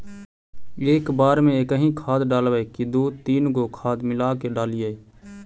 एक बार मे एकही खाद डालबय की दू तीन गो खाद मिला के डालीय?